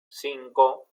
cinco